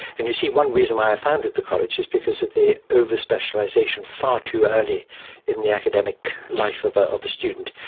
and you see, one reason why i founded the college is because of the overspecialisation far too early in the academic life of ah of a student.